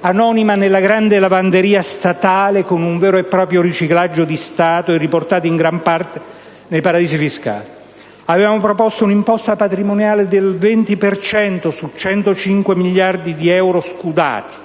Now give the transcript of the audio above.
anonima nella grande lavanderia statale con un vero e proprio riciclaggio di Stato e riportati in gran parte nei paradisi fiscali. Avevamo proposto un'imposta patrimoniale del 20 per cento su 105 miliardi di euro scudati